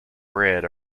bread